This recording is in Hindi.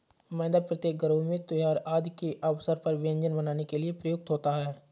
मैदा प्रत्येक घरों में त्योहार आदि के अवसर पर व्यंजन बनाने के लिए प्रयुक्त होता है